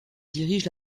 dirige